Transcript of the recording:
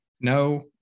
no